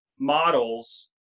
models